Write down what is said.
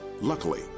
Luckily